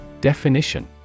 Definition